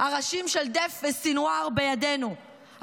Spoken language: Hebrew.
"הראשים של דף וסנוואר בידינו,